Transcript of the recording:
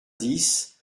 dix